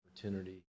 opportunity